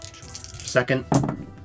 Second